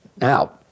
Now